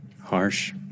Harsh